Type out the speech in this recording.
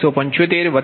175600